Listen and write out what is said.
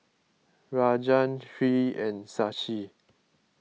Rajan Hri and Shashi